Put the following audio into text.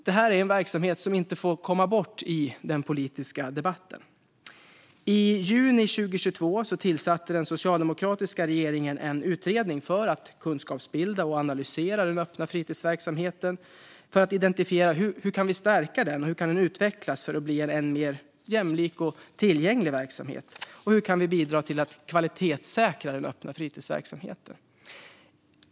Detta är en verksamhet som inte får komma bort i den politiska debatten. I juni 2022 tillsatte den socialdemokratiska regeringen en utredning för att kunskapsbilda och analysera den öppna fritidsverksamheten och identifiera hur den kan stärkas och utvecklas för att bli en än mer jämlik och tillgänglig verksamhet samt hur vi kan bidra till att kvalitetssäkra den öppna fritidsverksamheten.